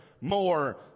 more